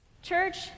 Church